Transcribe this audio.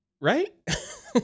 right